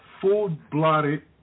full-blooded